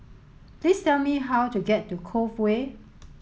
please tell me how to get to Cove Way